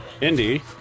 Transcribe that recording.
Indy